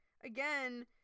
again